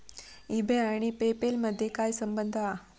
E बे आणि PayPal मधे काय संबंध हा?